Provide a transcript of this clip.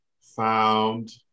found